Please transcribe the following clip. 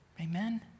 Amen